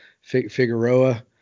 Figueroa